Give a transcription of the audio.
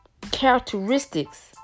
characteristics